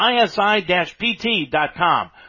isi-pt.com